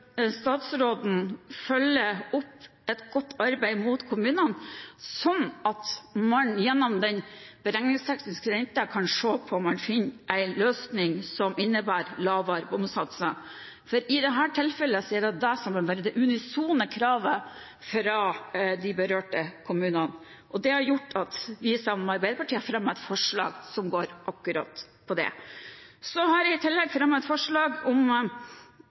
statsråden følger opp et godt arbeid overfor kommunene, sånn at man gjennom den beregningstekniske renten kan se om man finner en løsning som innebærer lavere bomsatser, for i dette tilfellet er det det som har vært det unisone kravet fra de berørte kommunene. Det har gjort at vi, sammen med Arbeiderpartiet, har fremmet et forslag som går på akkurat det. Jeg har i tillegg fremmet et forslag om